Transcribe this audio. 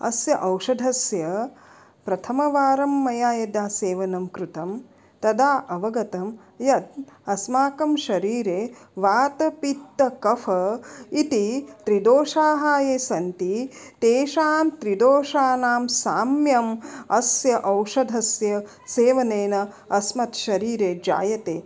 अस्य औषधस्य प्रथमवारं मया यदा सेवनं कृतं तदा अवगतं यत् अस्माकं शरीरे वातपित्तकफ इति त्रिदोषाः ये सन्ति तेषां त्रिदोषाणां साम्यं अस्य औषधस्य सेवनेन अस्मत् शरीरे जायते